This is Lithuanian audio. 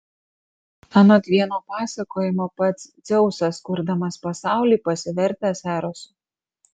anot vieno pasakojimo pats dzeusas kurdamas pasaulį pasivertęs erosu